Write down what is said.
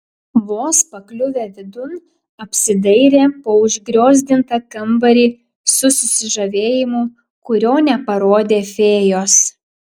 vos pakliuvę vidun apsidairė po užgriozdintą kambarį su susižavėjimu kurio neparodė fėjos